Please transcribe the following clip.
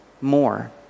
more